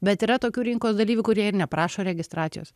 bet yra tokių rinkos dalyvių kurie ir neprašo registracijos